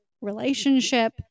relationship